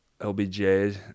LBJ